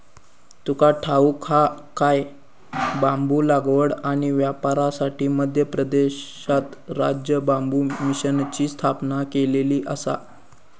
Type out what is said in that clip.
तुका ठाऊक हा काय?, बांबू लागवड आणि व्यापारासाठी मध्य प्रदेशात राज्य बांबू मिशनची स्थापना केलेली आसा